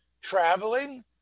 traveling